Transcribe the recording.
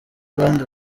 abandi